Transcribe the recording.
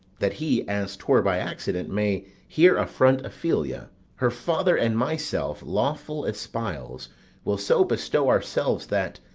that he, as twere by accident, may here affront ophelia her father and myself lawful espials will so bestow ourselves that,